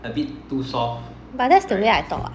but that's the way I talk what